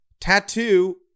tattoo